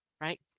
right